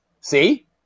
See